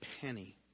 penny